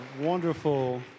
wonderful